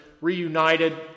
reunited